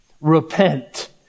repent